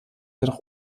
jedoch